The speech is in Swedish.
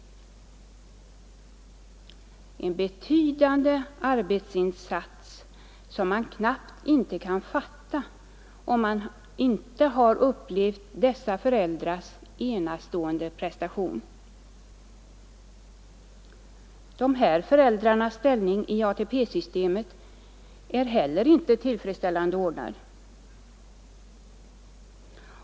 En betydande arbetsinsats som man knappt kan fatta, om man inte har upplevt dessa föräldrars enastående prestation. De här föräldrarnas ställning i ATP-systemet är heller inte tillfredsställande ordnad.